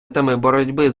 боротьби